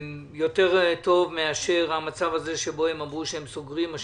יותר טוב מאשר המצב הזה שבו הם אמרו שהם סוגרים את